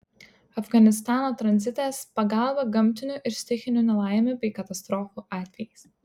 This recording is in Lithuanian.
afganistano tranzitas pagalba gamtinių ir stichinių nelaimių bei katastrofų atvejais